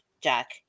Jack